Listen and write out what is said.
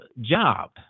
job